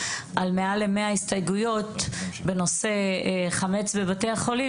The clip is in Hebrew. על מעל למאה הסתייגויות בנושא חמץ בבתי החולים